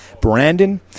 Brandon